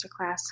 masterclass